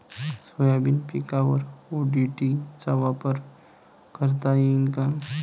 Soybean पिकावर ODT चा वापर करता येईन का?